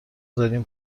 داریم